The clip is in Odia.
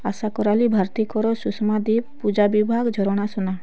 ଆଶା କୋରାଲି ଭାରତୀ କର ସୁଷମା ଦିପ ପୂଜା ବିଭାଗ ଝରଣା ସୁନା